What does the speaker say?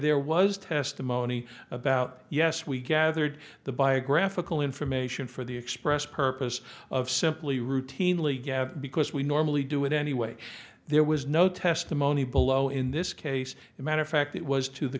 there was testimony about yes we gathered the biographical information for the express purpose of simply routinely because we normally do it anyway there was no testimony below in this case a matter of fact it was to the